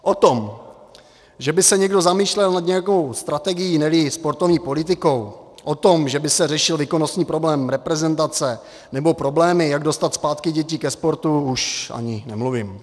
O tom, že by se někdo zamýšlel nad nějakou strategií, neli i sportovní politikou, o tom, že by se řešil výkonnostní problém reprezentace nebo problémy, jak dostat zpátky děti ke sportu, už ani nemluvím.